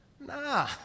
Nah